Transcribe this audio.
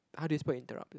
how do you spell interrupted